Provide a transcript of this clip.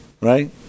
Right